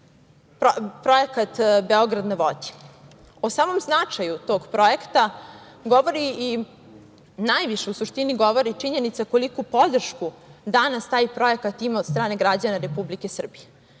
O samom značaju tog projekta govori činjenica koliku podršku danas taj projekat ima od strane građana Republike Srbije.